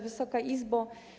Wysoka Izbo!